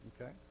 Okay